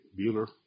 Bueller